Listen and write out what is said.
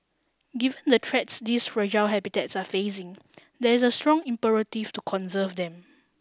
given the threats these fragile habitats are facing there is a strong imperative to conserve them